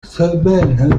semaine